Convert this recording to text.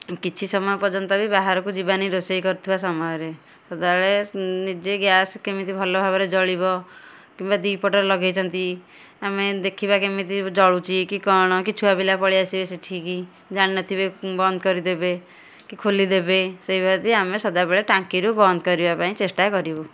କିଛି ସମୟ ପର୍ଯ୍ୟନ୍ତ ବି ବାହାରକୁ ଯିବାନି ରୋଷେଇ କରୁଥିବା ସମୟରେ ସଦାବେଳେ ନିଜେ ଗ୍ୟାସ୍ କେମିତି ଭଲ ଭାବରେ ଜଳିବ ନିଆଁ ଦୁଇପଟରେ ଲଗେଇଛନ୍ତି ଆମେ ଦେଖିବା କେମିତି ଜଳୁଛି କି କଣ କି ଛୁଆପିଲା ପଳେଇଆସିବେ ସେଠିକି ଜାଣିନଥିବେ ବନ୍ଦ କରିଦେବେ କି ଖୋଲିଦେବେ ସେଇ ଆମେ ସଦାବେଳେ ଟାଙ୍କିରୁ ବନ୍ଦ କରିବାପାଇଁ ଚେଷ୍ଟା କରିବୁ